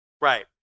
Right